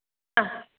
ആഹ്